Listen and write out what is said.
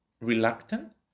reluctant